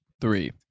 Three